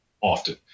often